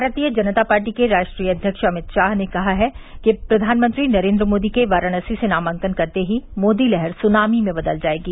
भारतीय जनता पार्टी के राष्ट्रीय अध्यक्ष अमित शाह ने कहा है कि प्रधानमंत्री नरेन्द्र मोदी के वाराणसी से नामांकन करते ही मोदी लहर सुनामी में बदल जायेगी